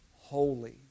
holy